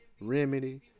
Remedy